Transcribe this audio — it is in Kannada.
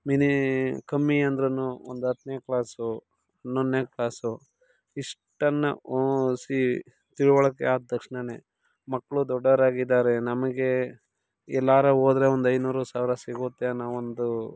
ಮಿನಿ ಕಮ್ಮಿ ಅಂದ್ರೂ ಒಂದು ಹತ್ತನೇ ಕ್ಲಾಸು ಹನ್ನೊಂದನೇ ಕ್ಲಾಸು ಇಷ್ಟನ್ನು ಓದಿಸಿ ತಿಳುವಳಿಕೆ ಆದ ತಕ್ಷಣವೇ ಮಕ್ಕಳು ದೊಡ್ಡವರಾಗಿದ್ದಾರೆ ನಮಗೆ ಎಲ್ಲಾದ್ರು ಹೋದ್ರೆ ಒಂದು ಐನೂರು ಸಾವಿರ ಸಿಗುತ್ತೆ ಅನ್ನೊ ಒಂದು